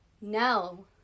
no